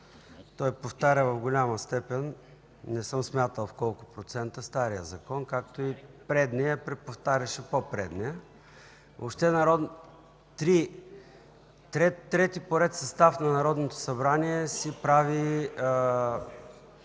той повтаря в голяма степен – не съм смятал колко процента – стария закон, както и предния, преповтарящ по-предния. Трети пореден състав на Народното събрание си прави